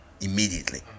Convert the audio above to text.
immediately